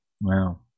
Wow